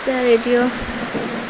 এতিয়া ৰেডিঅ'